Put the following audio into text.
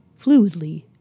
Fluidly